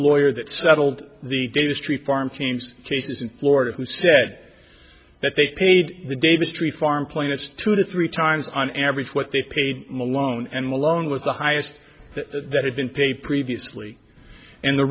lawyer that settled the davis tree farm teams case in florida who set that they paid the davis tree farm play that's two to three times on average what they paid malone and malone was the highest that had been paid previously and the